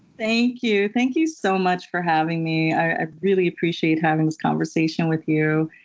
thank you. thank you so much for having me. i really appreciate having this conversation with you,